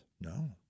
No